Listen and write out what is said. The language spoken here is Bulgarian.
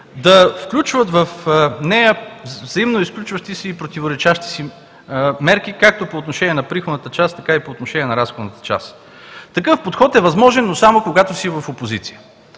включват в нея взаимно изключващи се и противоречащи си мерки както по отношение на приходната част, така и по отношение на разходната част. Такъв подход е възможен, но само когато си в опозиция.